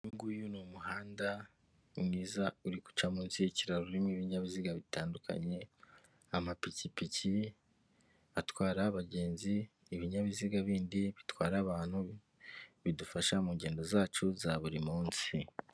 Uyunguyu ni umuhanda mwiza uri guca munsi y'ikiraro urimo ibinyabiziga bitandukanye amapikipiki atwara abagenzi ibinyabiziga bindi bitwara abantu bidufasha mu ngendo zacu za buri munsi.